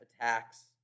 attacks